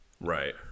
Right